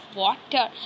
water